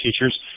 teachers